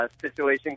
situation